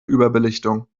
überbelichtung